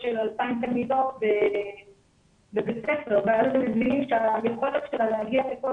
של 2,000 תלמידות ואז מבינים שהיכולת שלה להגיע לכל